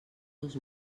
dos